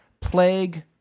plague